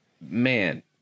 man